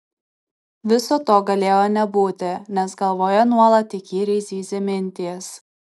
viso to galėjo nebūti nes galvoje nuolat įkyriai zyzė mintys